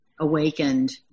awakened